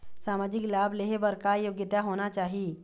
सामाजिक लाभ लेहे बर का योग्यता होना चाही?